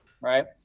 right